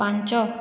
ପାଞ୍ଚ